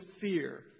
fear